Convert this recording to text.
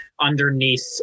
underneath